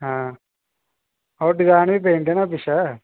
हां ओह् दकान बी पेई जंदे न पिच्छें